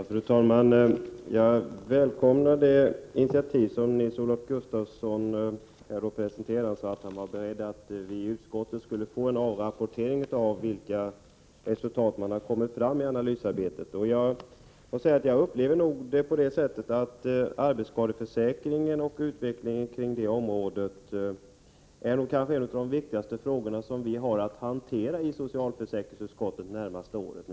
Fru talman! Jag välkomnar det initiativ som Nils-Olof Gustafsson presenterade när han sade att han var beredd att låta oss i utskottet få en rapportering om vilka resultat man kommit fram till i analysarbetet. Jag upplever att arbetsskadeförsäkringen och utvecklingen på det området är en av de viktigaste frågor som vi har att hantera i socialförsäkringsutskottet under det närmaste året.